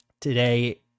Today